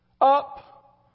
Up